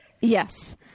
Yes